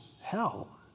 hell